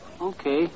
Okay